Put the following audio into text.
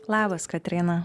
labas kotryna